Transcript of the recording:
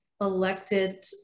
elected